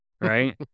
Right